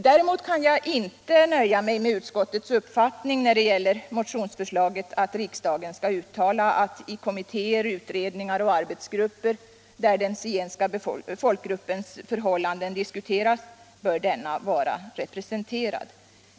Däremot kan jag inte nöja mig med utskottets uppfattning när det gäller motionsförslaget, nämligen att riksdagen skall uttala att i kommittéer, utredningar och arbetsgrupper där den zigenska folkgruppens förhållanden diskuteras bör denna vara representerad.